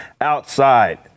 outside